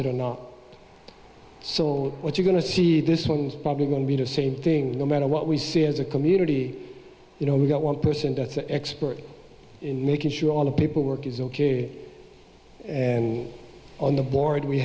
it or not so what you're going to see this one probably going to be the same thing no matter what we see as a community you know we've got one person that's an expert in making sure all the paperwork is ok and on the board we